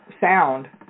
sound